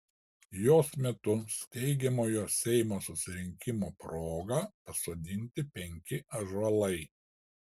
jos metu steigiamojo seimo susirinkimo proga pasodinti penki ąžuolai